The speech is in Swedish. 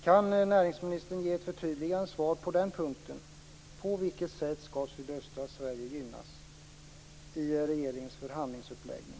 Kan näringsministern ge ett förtydligande svar på den punkten? På vilket sätt skall sydöstra Sverige gynnas i regeringens förhandlingsuppläggning?